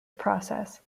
process